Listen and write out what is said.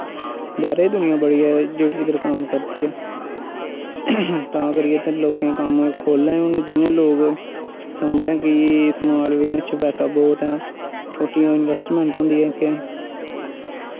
बाह्रे दी दुनियां बड़ी जैदा इद्धर कम्म करदी ऐ तां करियै इत्थै लोकें कम्म खोह्लदे न हून जि'यां लोग समझा दे कि समाल बिजनस च पैसा बौह्त ऐ छोटी इनवैस्टमैंट होंदी ऐ इक